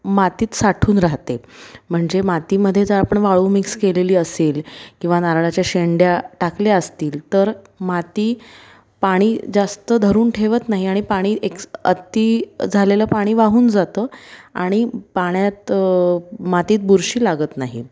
मातीत साठून राहते म्हणजे मातीमध्ये जर आपण वाळू मिक्स केलेली असेल किंवा नारळाच्या शेंड्या टाकल्या असतील तर माती पाणी जास्त धरून ठेवत नाही आणि पाणी एक्स अती झालेलं पाणी वाहून जातं आणि पाण्यात मातीत बुरशी लागत नाही